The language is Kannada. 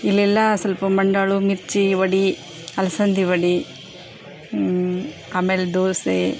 ಇಲ್ಲೆಲ್ಲ ಸ್ವಲ್ಪ ಮಂಡಾಳು ಮಿರ್ಚಿ ವಡಿ ಅಲಸಂದಿ ವಡಿ ಆಮೇಲೆ ದೋಸೆ